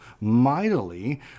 mightily